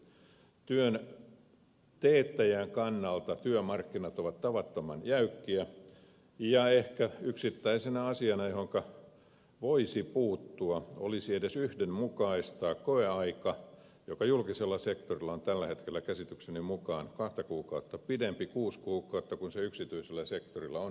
työn teettäjän kannalta työmarkkinat ovat tavattoman jäykkiä ja ehkä yksittäisenä asiana johonka voisi puuttua olisi edes yhdenmukaistaa koeaika joka julkisella sektorilla on tällä hetkellä käsitykseni mukaan kaksi kuukautta pidempi kuusi kuukautta kun se yksityisellä sektorilla on neljä kuukautta